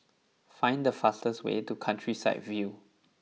find the fastest way to Countryside View